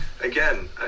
Again